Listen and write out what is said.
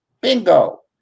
bingo